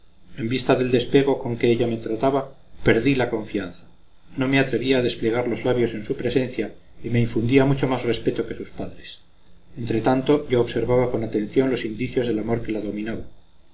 en vista del despego con que ella me trataba perdí la confianza no me atrevía a desplegar los labios en su presencia y me infundía mucho más respeto que sus padres entre tanto yo observaba con atención los indicios del amor que la dominaba